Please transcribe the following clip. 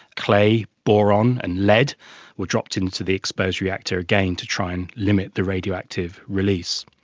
clay, boron and lead were dropped into the exposed reactor, again to try and limit the radioactive release.